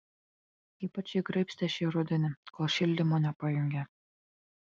ypač jį graibstė šį rudenį kol šildymo nepajungė